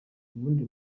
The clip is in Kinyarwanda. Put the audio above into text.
ubundi